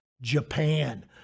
Japan